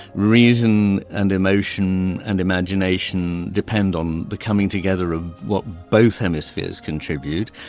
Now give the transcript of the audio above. reason and emotion and imagination depend on the coming together of what both hemispheres contribute.